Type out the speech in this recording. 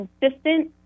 consistent